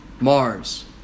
Mars